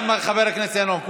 גם חבר הכנסת ינון.